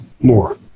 more